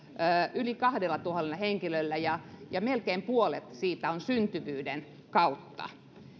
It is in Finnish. yli kahdellatuhannella henkilöllä ja ja melkein puolet siitä on syntyvyyden kautta